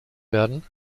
werden